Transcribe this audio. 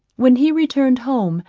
when he returned home,